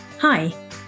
Hi